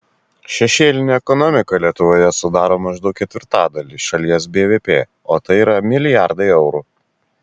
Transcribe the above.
šešėlinė ekonomika lietuvoje sudaro maždaug ketvirtadalį šalies bvp o tai yra milijardai eurų